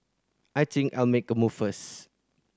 I think I'll make a move first